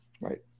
Right